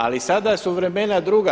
Ali sada su vremena druga.